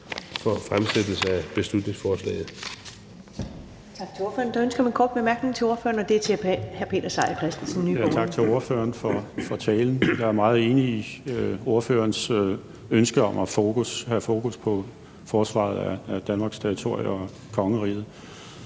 for fremsættelsen af beslutningsforslaget.